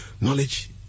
knowledge